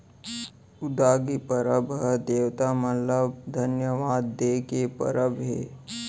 उगादी परब ह देवता मन ल धन्यवाद दे के परब हे